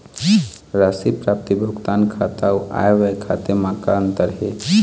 राशि प्राप्ति भुगतान खाता अऊ आय व्यय खाते म का अंतर हे?